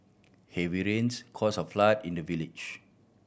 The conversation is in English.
heavy rains caused a flood in the village